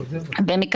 ומי